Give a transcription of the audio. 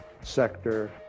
sector